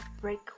break